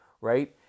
right